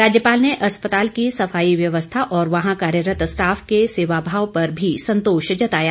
राज्यपाल ने अस्पताल की सफाई व्यवस्था और वहां कार्यरत स्टॉफ के सेवाभाव पर भी संतोष जताया